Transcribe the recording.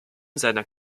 seiner